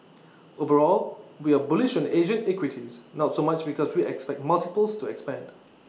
overall we are bullish on Asian equities not so much because we expect multiples to expand